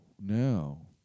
No